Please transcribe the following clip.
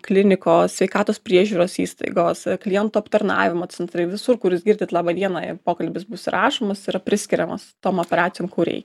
klinikos sveikatos priežiūros įstaigos klientų aptarnavimo centrai visur kur jūs girdit labą dieną pokalbis bus įrašomas yra priskiriamas tom operacijų kur rei